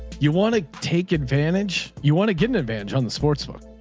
you want to take advantage. you want to get an advantage on the sportsbook.